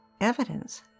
evidence